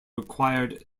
required